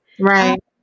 Right